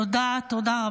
תודה.